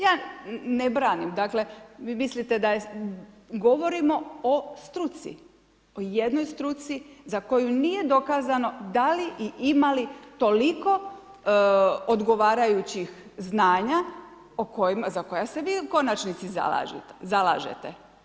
Ja ne branim, dakle, vi mislite da govorimo o struci, o jednoj struci za koju nije dokazano da li i ima li toliko odgovarajućih znanja za koja se vi u konačnici zalažete.